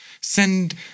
Send